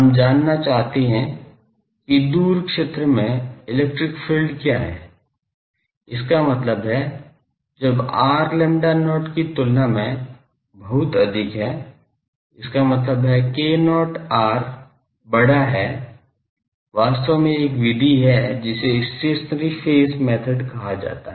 हम जानना चाहते हैं कि दूर क्षेत्र में इलेक्ट्रिक फ़ील्ड क्या है इसका मतलब है जब r lambda not की तुलना में बहुत अधिक है इसका मतलब है k0 r बड़ा है वास्तव में एक विधि है जिसे स्टेशनरी फेज मेथड कहा जाता है